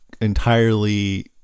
entirely